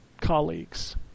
colleagues